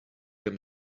them